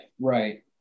Right